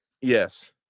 Yes